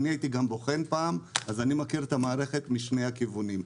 אני הייתי גם בוחן פעם אז אני מכיר את המערכת משני הכיוונים.